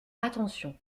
attention